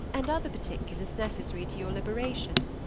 and other particulars necessary to your liberation.